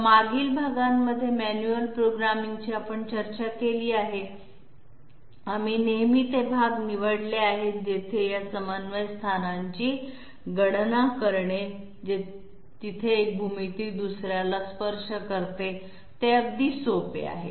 तर मागील भागांमध्ये मॅन्युअल प्रोग्रामिंग ची आपण चर्चा केली आहे आम्ही नेहमी ते भाग निवडले आहेत जेथे या समन्वय स्थानांची गणना करणे जिथे एक भूमिती दुसर्याला स्पर्श करते ते अगदी सोपे आहे